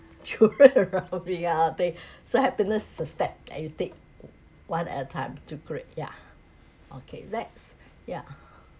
children around me ah they so happiness to step that you take one at a time to create ya okay let's yeah